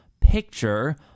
picture